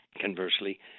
conversely